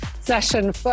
session